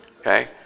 Okay